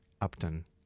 Upton